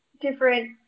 different